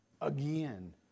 again